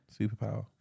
Superpower